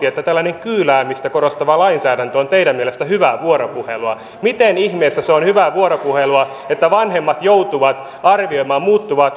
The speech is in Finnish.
että tällainen kyyläämistä korostava lainsäädäntö on teidän mielestänne hyvää vuoropuhelua miten ihmeessä se on hyvää vuoropuhelua että vanhemmat esimerkiksi pätkätyöläiset joutuvat arvioimaan muuttuvaa